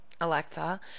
Alexa